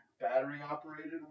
battery-operated